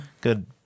Good